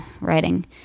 writing